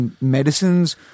medicines